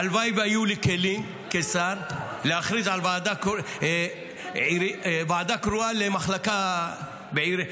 הלוואי שהיו לי כשר כלים להכריז על ועדה קרואה למחלקה בעיר.